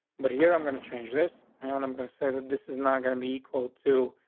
but here, i'm going to change this, and i'm gonna say this is not going to be equal to,